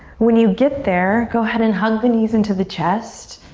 when you get there, go ahead and hug the knees into the chest,